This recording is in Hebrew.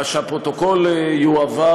שהפרוטוקול יועבר